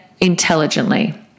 intelligently